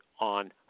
on